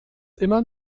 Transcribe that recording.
immer